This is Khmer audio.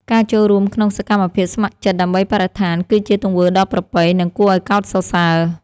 ការចូលរួមក្នុងសកម្មភាពស្ម័គ្រចិត្តដើម្បីបរិស្ថាន គឺជាទង្វើដ៏ប្រពៃ និងគួរឱ្យកោតសរសើរ។